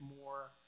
more